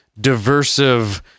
diversive